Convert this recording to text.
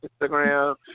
Instagram